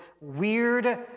weird